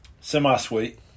semi-sweet